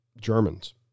Germans